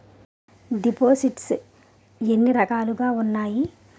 దిపోసిస్ట్స్ ఎన్ని రకాలుగా ఉన్నాయి?